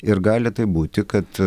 ir gali būti kad